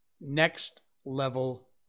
Next-level